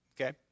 okay